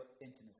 intimacy